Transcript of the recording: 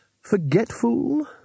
forgetful